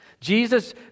Jesus